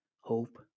hope